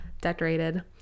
decorated